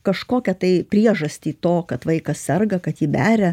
kažkokią tai priežastį to kad vaikas serga kad jį beria